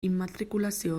immatrikulazio